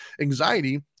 anxiety